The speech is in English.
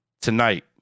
tonight